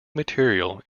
material